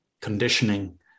conditioning